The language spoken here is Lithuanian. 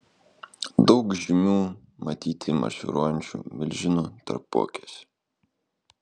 daug žymių matyti marširuojančių milžinų tarpuakiuose